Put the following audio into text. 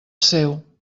seu